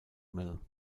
mill